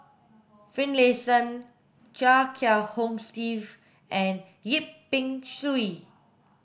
Finlayson Chia Kiah Hong Steve and Yip Pin Xiu